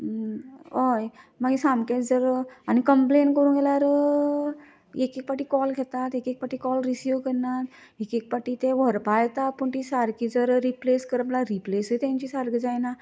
हय मागीर सामकेच जर आनी कंप्लेन करूंक गेल्यार एकएक पाटी कॉल घेतात एकएक पाटी कॉल रिसीव करनात एकएक पाटी ते व्हरपा येतात पूण ती सारकी जर रिप्लेस करप म्हळ्यार रिप्लेसय सारकी जायना